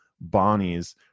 Bonnie's